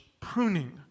pruning